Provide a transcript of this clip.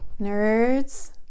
nerds